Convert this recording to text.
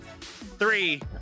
Three